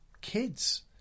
kids